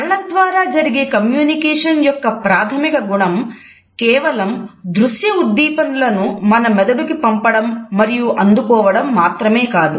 కళ్ల ద్వారా జరిగే కమ్యూనికేషన్ మన మెదడుకి పంపడం మరియు అందుకోవడం మాత్రమే కాదు